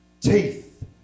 Teeth